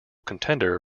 contender